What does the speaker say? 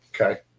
Okay